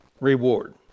reward